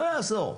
לא יעזור,